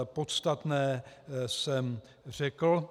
Podstatné jsem řekl.